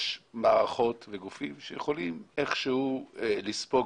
יש מערכות וגופים שיכולים איכשהו לספוג